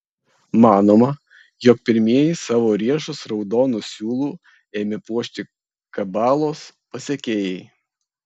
manoma jog pirmieji savo riešus raudonu siūlu ėmė puošti kabalos pasekėjai